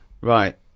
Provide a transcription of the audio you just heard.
Right